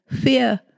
fear